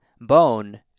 bone